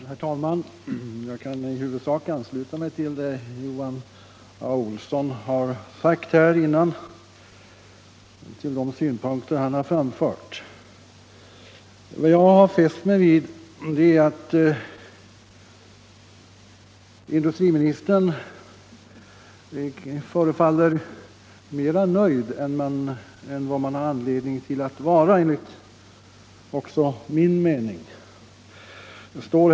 Herr talman! Jag kan i huvudsak ansluta mig till de synpunkter som herr Olsson i Järvsö har anfört. Vad jag har fäst mig vid är att industriministern förefaller vara mera nöjd än vad man, även enligt min mening, har anledning att vara.